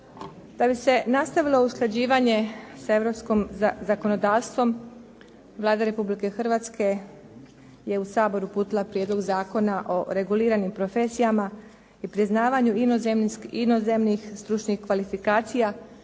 Da bi se nastavilo usklađivanje sa europskom zakonodavstvom Vlada Republike Hrvatske je u Sabor uputila Prijedlog zakona o reguliranim profesijama i priznavanju inozemnih stručnih kvalifikacija